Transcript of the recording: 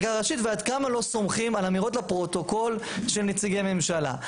בחקיקה ראשית ועד כמה לא סומכים על אמירות לפרוטוקול של נציגי ממשלה.